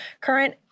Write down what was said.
current